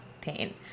pain